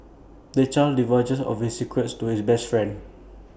the child divulges of his secrets to his best friend